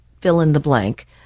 fill-in-the-blank